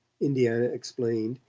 indiana explained,